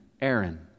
Aaron